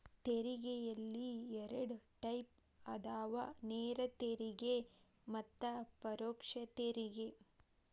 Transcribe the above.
ತೆರಿಗೆಯಲ್ಲಿ ಎರಡ್ ಟೈಪ್ ಅದಾವ ನೇರ ತೆರಿಗೆ ಮತ್ತ ಪರೋಕ್ಷ ತೆರಿಗೆ